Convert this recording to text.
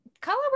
color